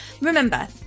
remember